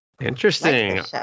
Interesting